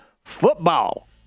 football